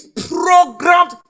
programmed